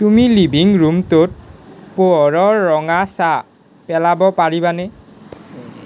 তুমি লিভিং ৰুমটোত পোহৰৰ ৰঙা ছাঁ পেলাব পাৰিবানে